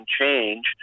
change